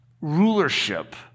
rulership